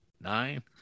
nine